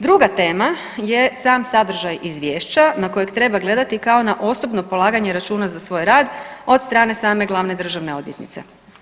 Druga tema je sam sadržaj izvješća na kojeg treba gledati kao na osobno polaganje računa za svoj rad o9d strane same glavne državne odvjetnice.